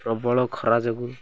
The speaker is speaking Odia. ପ୍ରବଳ ଖରା ଯୋଗୁ